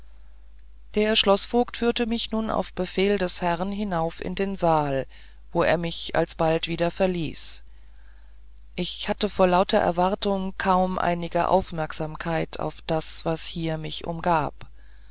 der schloßvogt führte mich nun auf befehl des herrn hinauf in den saal wo er mich alsbald wieder verließ ich hatte vor lauter erwartung kaum einige aufmerksamkeit auf das was hier mich umgab